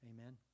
Amen